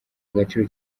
agaciro